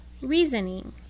reasoning